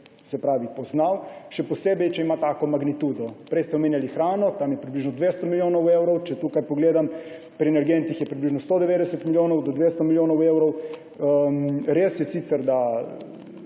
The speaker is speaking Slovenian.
ukrep poznal, še posebej če ima tako magnitudo. Prej ste omenjali hrano, tam je približno 200 milijonov evrov, če pogledam pri energentih, je približno 190 milijonov do 200 milijonov evrov. Res je sicer, da